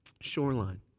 shoreline